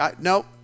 No